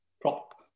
Prop